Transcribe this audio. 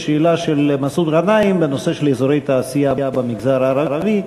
שאלה של מסעוד גנאים בנושא של אזורי תעשייה במגזר הערבי.